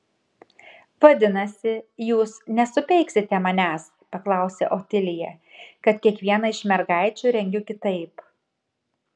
vadinasi jūs nesupeiksite manęs paklausė otilija kad kiekvieną iš mergaičių rengiu kitaip